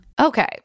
okay